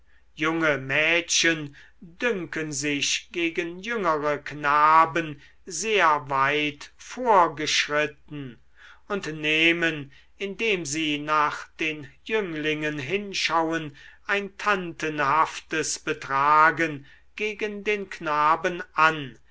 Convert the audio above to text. junge mädchen dünken sich gegen jüngere knaben sehr weit vorgeschritten und nehmen indem sie nach den jünglingen hinschauen ein tantenhaftes betragen gegen den knaben an